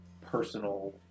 personal